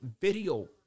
video